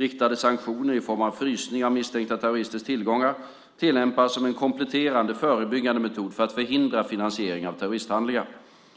Riktade sanktioner i form av frysning av misstänkta terroristers tillgångar tillämpas som en kompletterande, förebyggande metod för att förhindra finansiering av terroristhandlingar.